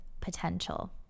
potential